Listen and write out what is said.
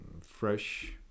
fresh